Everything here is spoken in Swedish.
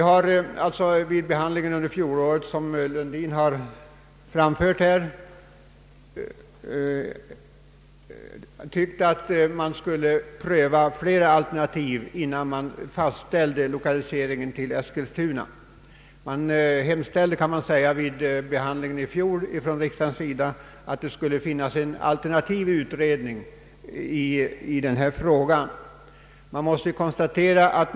När ärendet behandlades förra året tyckte vi, såsom herr Lundin nyss anförde, att flera alternativ skulle prövas innan lokaliseringen fastställdes till Eskilstuna. Riksdagen uttalade således i fjol att en utredning borde göras som tog sikte på också andra alternativ i denna fråga.